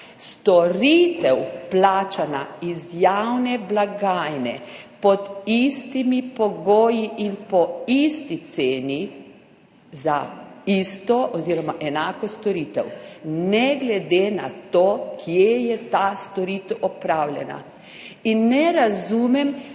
storitev, plačana iz javne blagajne pod istimi pogoji in po isti ceni za isto oziroma enako storitev, ne glede na to, kje je ta storitev opravljena. Ne razumem,